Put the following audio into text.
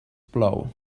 plou